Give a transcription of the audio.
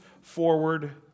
forward